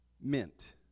mint